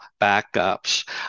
backups